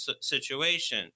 situation